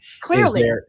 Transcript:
Clearly